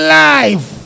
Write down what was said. life